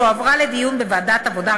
שהועברה לדיון בוועדה העבודה,